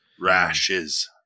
Rashes